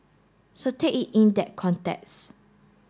so take it in that context